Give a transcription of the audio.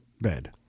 bed